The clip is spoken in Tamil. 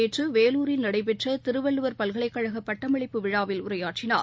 நேற்றுவேலூரில் நடைபெற்றதிருவள்ளுவர் பல்கலைக்கழகபட்டமளிப்பு விழாவில் உரையாற்றினார்